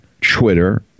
Twitter